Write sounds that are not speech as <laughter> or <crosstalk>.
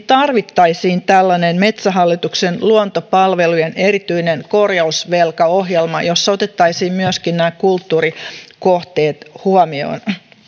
<unintelligible> tarvittaisiin tällainen metsähallituksen luontopalvelujen erityinen korjausvelkaohjelma jossa otettaisiin myöskin nämä kulttuurikohteet huomioon